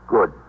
Good